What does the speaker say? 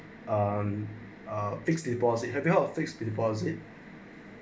um a fixed deposit have held fixed deposit